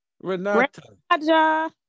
Renata